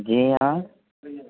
جی ہاں